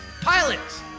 pilots